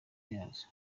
yazo